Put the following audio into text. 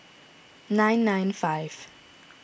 nine nine five